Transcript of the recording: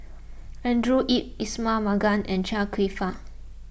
Andrew Yip Ismail Marjan and Chia Kwek Fah